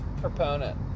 proponent